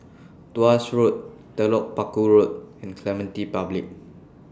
Tuas Road Telok Paku Road and Clementi Public